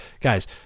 Guys